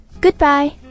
Goodbye